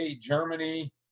Germany